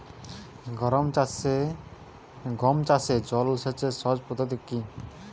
গম চাষে জল সেচের সহজ পদ্ধতি কি?